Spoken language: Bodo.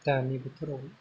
दानि बोथोरावलाय